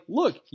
look